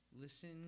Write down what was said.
Listen